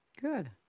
Good